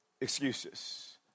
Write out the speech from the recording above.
excuses